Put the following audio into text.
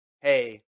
hey –